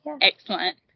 Excellent